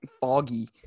foggy